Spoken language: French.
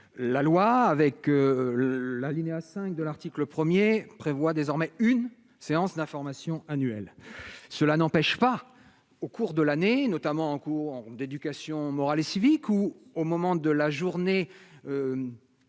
la loi avec l'alinéa 5 de l'article 1er prévoit désormais une séance d'information annuelle. Cela n'empêche pas au cours de l'année, notamment en cours d'éducation morale et civique ou au moment de la journée